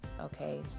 Okay